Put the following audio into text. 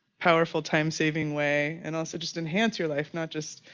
powerful time saving way and also just enhance your life, not just,